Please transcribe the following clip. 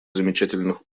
замечательных